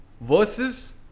versus